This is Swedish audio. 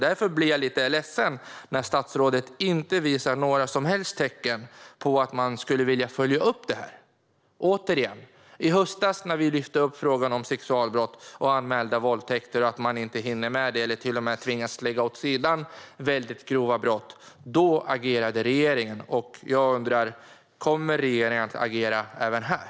Därför blir jag lite ledsen när statsrådet inte visar några som helst tecken på att man skulle vilja följa upp detta. Återigen: När vi i höstas lyfte fram frågan om att polisen inte hinner med sexualbrott och anmälda våldtäkter, eller till och med tvingas lägga mycket grova brott åt sidan, då agerade regeringen. Jag undrar: Kommer regeringen att agera även här?